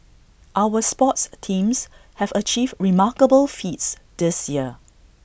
our sports teams have achieved remarkable feats this year